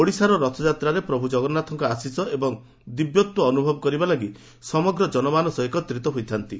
ଓଡ଼ିଶାର ରଥଯାତ୍ରାରେ ପ୍ରଭୁ ଜଗନ୍ନାଥଙ୍କ ଆଶିଷ ଏବଂ ଦିବ୍ୟତ୍ୱ ଅନୁଭବ କରିବା ଲାଗି ସମଗ୍ର ଜନମାନସ ଏକତ୍ରିତ ହୋଇଥାନ୍ତି